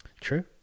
True